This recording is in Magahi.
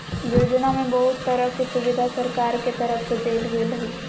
योजना में बहुत तरह के सुविधा सरकार के तरफ से देल गेल हइ